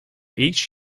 each